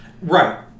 Right